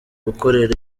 gukorera